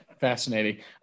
fascinating